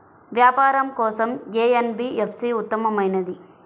వ్యాపారం కోసం ఏ ఎన్.బీ.ఎఫ్.సి ఉత్తమమైనది?